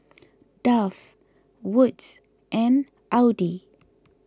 Dove Wood's and Audi